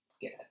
get